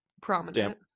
prominent